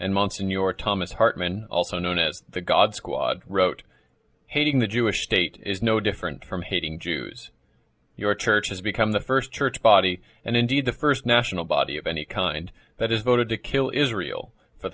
and months in your thomas hartman also known as the god squad wrote hating the jewish state is no different from hating jews your church has become the first church body and indeed the first national body of any kind that is voted to kill israel for